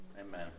amen